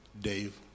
Dave